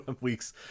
weeks